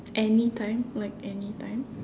any time like any time